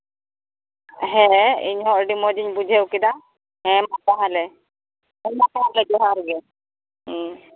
ᱦᱮᱸ ᱤᱧᱦᱚᱸ ᱟᱹᱰᱤ ᱢᱚᱡᱽ ᱤᱧ ᱵᱩᱡᱷᱟᱹᱣ ᱠᱮᱫᱟ ᱦᱮᱸ ᱢᱟ ᱛᱟᱦᱚᱞᱮ ᱡᱚᱦᱟᱨ ᱜᱮ ᱦᱮᱸ